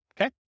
okay